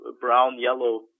brown-yellow